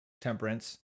temperance